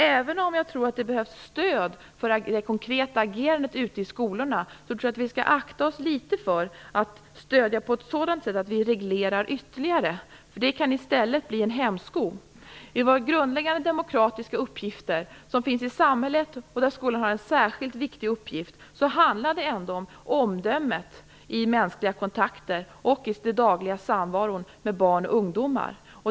Även om jag tror att det behövs stöd för det konkreta agerandet ute i skolorna skall vi nog akta oss för att stödja på ett sådant sätt att vi reglerar ytterligare. Det kan i stället bli en hämsko. I de grundläggande demokratiska uppgifter som finns i samhället och där skolan har en viktig uppgift handlar det om omdömet i mänskliga kontakter och i den dagliga samvaron med barn och ungdomar.